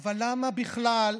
אבל למה בכלל,